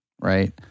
right